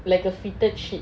like a fitted sheet